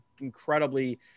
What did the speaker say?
incredibly